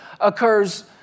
occurs